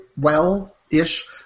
well-ish